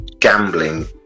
gambling